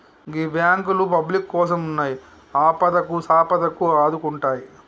గీ బాంకులు పబ్లిక్ కోసమున్నయ్, ఆపదకు సంపదకు ఆదుకుంటయ్